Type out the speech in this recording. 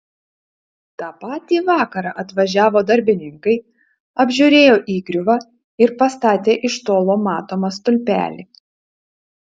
tą patį vakarą atvažiavo darbininkai apžiūrėjo įgriuvą ir pastatė iš tolo matomą stulpelį